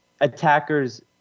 attackers